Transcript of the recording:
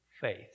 faith